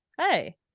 Hey